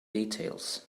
details